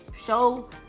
show